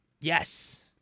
Yes